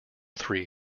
three